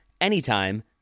anytime